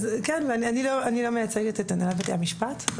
אני לא מייצגת את הנהלת בתי המשפט.